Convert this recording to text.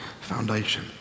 foundation